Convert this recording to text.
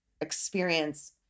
experience